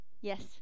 Yes